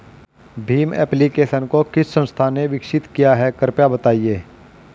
Bhim application को किस संस्था ने विकसित किया है कृपया बताइए?